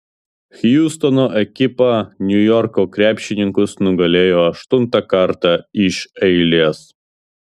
hjustono ekipa niujorko krepšininkus nugalėjo aštuntą kartą iš eilės